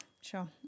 sure